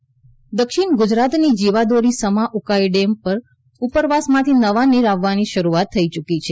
Ukai dam દક્ષિણ ગુજરાતની જીવાદોરી સમા ઉકાઈ ડેમમાં ઉપરવાસ માંથી નવા નીર આવવાની શરૂઆત થઇ યુકી છે